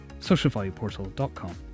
socialvalueportal.com